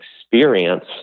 experience